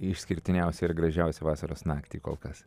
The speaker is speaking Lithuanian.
išskirtiniausią ir gražiausią vasaros naktį kol kas